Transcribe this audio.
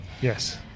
Yes